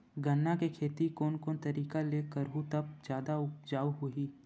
गन्ना के खेती कोन कोन तरीका ले करहु त जादा उपजाऊ होही?